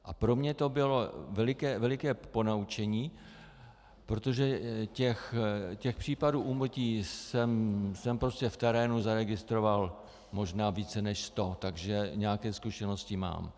A pro mě to bylo veliké ponaučení, protože těch případů úmrtí jsem prostě v terénu zaregistroval možná více než sto, takže nějaké zkušenosti mám.